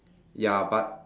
ya but